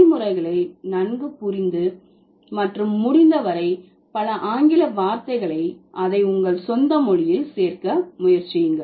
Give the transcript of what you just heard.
செயல்முறைகளை நன்கு புரிந்து மற்றும் முடிந்தவரை பல ஆங்கில வார்த்தைகளை அதை உங்கள் சொந்த மொழியில் சேர்க்க முயற்சியுங்கள்